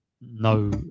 no